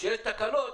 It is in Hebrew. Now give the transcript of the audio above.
כשיש תקלות,